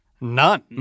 None